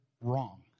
wrong